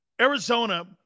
Arizona